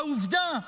העובדה שגבר,